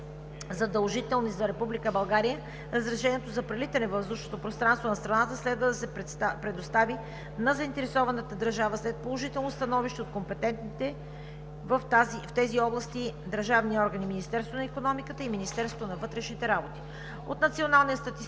задължителни за Република България, разрешението за прелитане във въздушното пространство на страната следва да се предостави на заинтересованата държава след положително становище от компетентните в тези области държавни органи – Министерството на икономиката, и Министерството на външните работи.